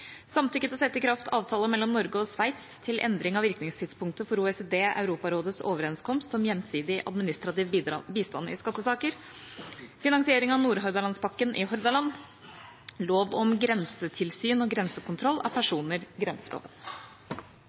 til å sette i kraft en avtale mellom Norge og Sveits til endring av virkningstidspunktet i OECD/Europarådets overenskomst om gjensidig administrativ bistand i skattesaker (Prop. 163 S om finansiering av Nordhordlandspakken i Hordaland (Prop. 164 S om lov om grensetilsyn og grensekontroll av personer